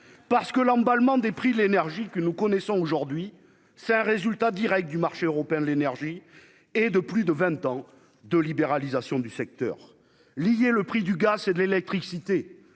parce que l'emballement des prix de l'énergie que nous connaissons aujourd'hui, c'est un résultat Direct du marché européen de l'énergie et de plus de 20 ans de libéralisation du secteur lié le prix du gars, c'est l'électricité,